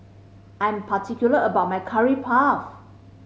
I am particular about my Curry Puff